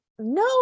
no